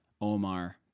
Omar